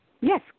Yes